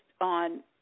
on